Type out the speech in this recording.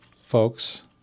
folks